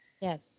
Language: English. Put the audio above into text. Yes